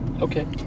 Okay